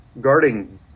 guarding